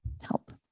help